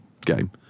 game